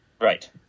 Right